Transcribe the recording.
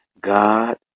God